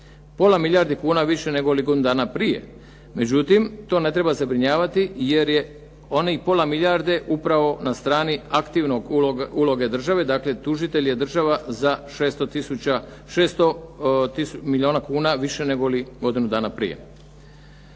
pola milijardi kuna više negoli godinu dana prije. Međutim, to ne treba zabrinjavati jer je onih pola milijarde upravo na strani aktivno uloge države, dakle tužitelj je država za 600 milijuna kuna više negoli godinu dana prije.